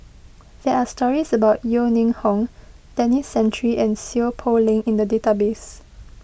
there are stories about Yeo Ning Hong Denis Santry and Seow Poh Leng in the database